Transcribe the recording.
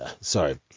Sorry